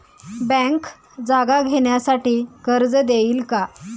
Bank जागा घेण्यासाठी कर्ज देईल का?